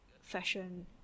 fashion